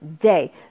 day